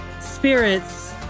spirit's